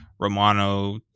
Romano